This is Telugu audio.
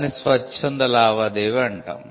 దాన్ని స్వచ్ఛంద లావాదేవి అంటాం